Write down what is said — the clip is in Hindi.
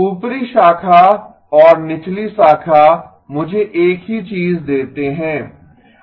ऊपरी शाखा और निचली शाखा मुझे एक ही चीज़ देते हैं